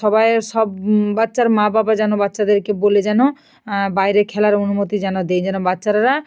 সবাইয়ের সব বাচ্চার মা বাবা যেন বাচ্চাদেরকে বোলে যেন বাইরে খেলার অনুমতি যেন দে যেন বাচ্চাররা